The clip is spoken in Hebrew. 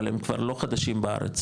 אבל הם כבר לא חדשים בארץ,